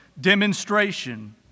demonstration